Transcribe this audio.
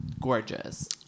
gorgeous